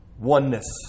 Oneness